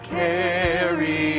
carry